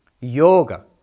Yoga